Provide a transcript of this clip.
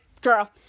Girl